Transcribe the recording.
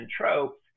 tropes